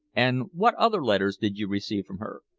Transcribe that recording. and what other letters did you receive from her?